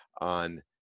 on